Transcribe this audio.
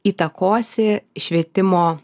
įtakosi švietimo